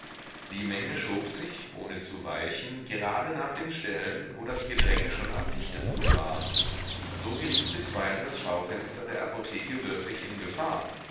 die menge schob sich ohne zu weichen gerade nach den stellen wo das gedränge schon am dichtesten war so geriet bisweilen das schaufenster der apotheke wirklich in gefahr